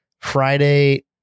Friday